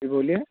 जी बोलिये